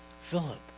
Philip